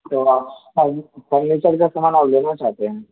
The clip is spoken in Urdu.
تو آپ فرنیچر کا سامان آپ لینا چاہتے ہیں